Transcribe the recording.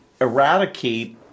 eradicate